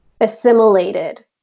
assimilated